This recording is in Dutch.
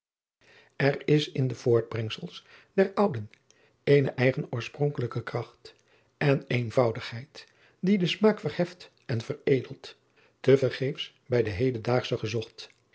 r is in de voortbrengsels der ouden eene eigen oorspronkelijke kracht en eenvoudigheid die den smaak verheft en veredelt te vergeefs bij de hedendaagschen ge